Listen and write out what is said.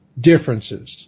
differences